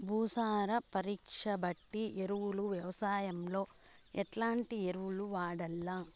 భూసార పరీక్ష బట్టి ఎరువులు వ్యవసాయంలో ఎట్లాంటి ఎరువులు వాడల్ల?